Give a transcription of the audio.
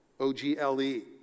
O-G-L-E